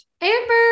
Amber